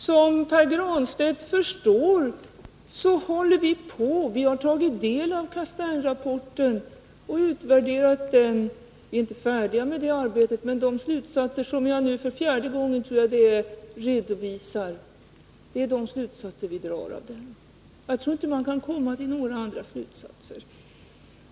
Som Pär Granstedt förstår håller vi på och arbetar. Vi har tagit del av Castaingrapporten och utvärderat den, men vi är inte färdiga med det arbetet. De slutsatser jag nu för, som jag tror, fjärde gången redovisar är emellertid våra slutsatser. Jag tror inte att man kan komma fram till några andra.